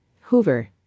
Hoover